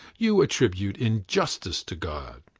you attribute injustice to god.